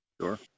Sure